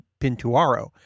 Pintuaro